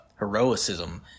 heroicism